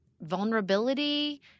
vulnerability